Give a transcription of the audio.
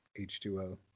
h2o